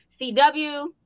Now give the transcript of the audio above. CW